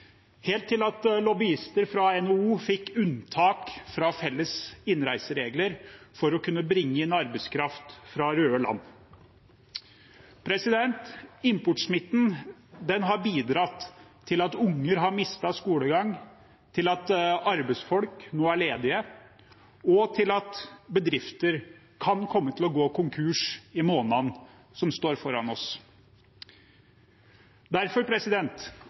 helt til at lobbyister fra NHO fikk unntak fra felles innreiseregler for å kunne bringe inn arbeidskraft fra røde land. Importsmitten har bidratt til at unger har mistet skolegang, til at arbeidsfolk nå er ledige, og til at bedrifter kan komme til å gå konkurs i månedene som står foran